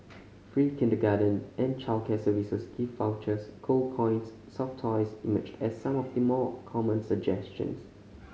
free kindergarten and childcare services gift vouchers gold coins and soft toys emerged as some of the more common suggestions